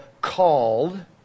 called